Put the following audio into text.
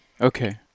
Okay